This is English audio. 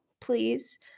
please